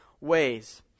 ways